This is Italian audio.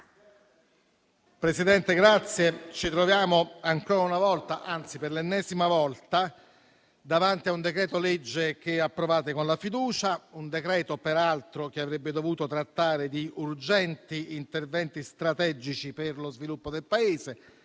Presidente, ci troviamo ancora una volta, anzi per l'ennesima volta, davanti a un decreto-legge che approvate con la fiducia, un decreto peraltro che avrebbe dovuto trattare urgenti interventi strategici per lo sviluppo del Paese.